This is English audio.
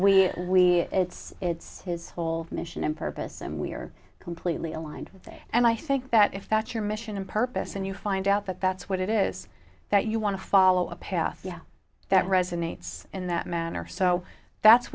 we we it's it's his whole mission and purpose and we are completely aligned there and i think that if that's your mission and purpose and you find out that that's what it is that you want to follow a path yeah that resonates in that manner so that's